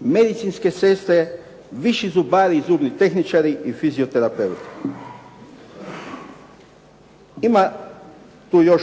medicinske sestre, viši zubari i zubni tehničari i fizioterapeuti. Ima tu još